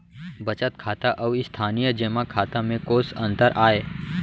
बचत खाता अऊ स्थानीय जेमा खाता में कोस अंतर आय?